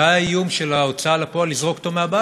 שהיה איום של ההוצאה לפועל לזרוק אותו מהבית.